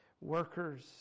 workers